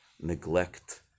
neglect